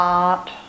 heart